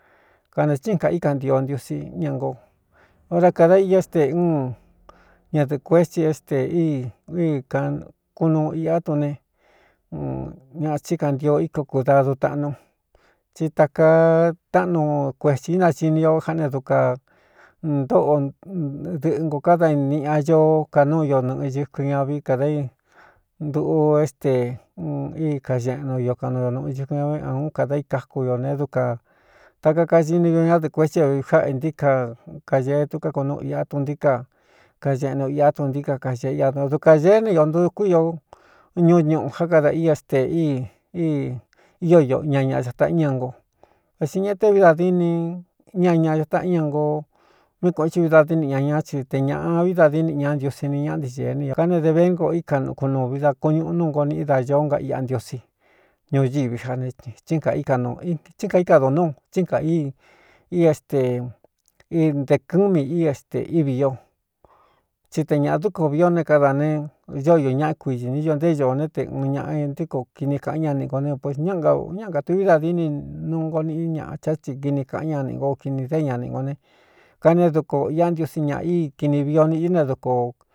Kanē tsín kaꞌa i kaꞌntio ntiusi ña ngo ora kāda ii é ste uun ñadɨ̄ꞌɨ kuetsi é stee íi i kakunuu iꞌá tune ñaa thí kantio íko kūdadu taꞌnu tsi tāka táꞌanu kuetsī inacini o jáꞌ ne duka ntóꞌo dɨꞌɨ ngo kádaniꞌa ño ka núu io nɨꞌɨ ñɨkɨn ñavi kādā i nduꞌu é stee un í kañeꞌnu io kaꞌnu o nuꞌu ñɨkɨn ñavi áun kada í káku ño ne dukān taka kañini ño ñádɨ̄ꞌɨ kuetsí é vi fáꞌ i ntí ka kañee tuká kunúu iꞌá tuntí ka kañeꞌnu iꞌá tun ntí ka kaee iadn dukān ñeé ne iō ntukú io ñu ñuꞌu já kada i éste íi í ío io ña ñaꞌa ca taꞌ ña ngo ve tsi ñaꞌa te vií dadini ña ñaꞌ ca taꞌa iña ngo mí kuēꞌin ti vií dadîni ña ñá ci te ñāꞌa vií dadíni ña ntiusi ni ñꞌa ntigēe ní o kane de vé ngo í ka nu kunuu vi da kuñuꞌu nú ngo niꞌí daño nga iꞌá ntiosí ñuñiví já ne tsín kāꞌ í ka nuu tsí kaíka do núu tsí n kāꞌ íi i éste i nte kɨ́ɨn mi i este ívi ío tsí te ñāꞌa dúkoo vii o né káda ne ño i ñaꞌá kuiñī ní io nté ñoō né te ɨn ñaꞌa ntíkoo kini kāꞌan ña ni ngō ne pues ñáꞌ ñáꞌ kātu vi dadíni nuu ngo niꞌí ñaꞌa chá tsi kini kāꞌan ñani ngo kini dé ñanī ngō ne kane duko iꞌá ntiosí ñaꞌa íi kini vio ni i ne duko.